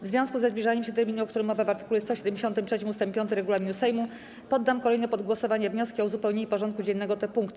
W związku ze zbliżaniem się terminu, o którym mowa w art. 173 ust. 5 regulaminu Sejmu, poddam kolejno pod głosowanie wnioski o uzupełnienie porządku dziennego o te punkty.